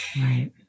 Right